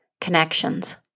connections